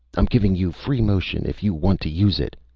i'm giving you free motion if you want to use it.